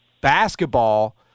basketball